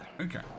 okay